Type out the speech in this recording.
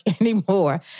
anymore